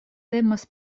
temas